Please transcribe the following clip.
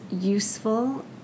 useful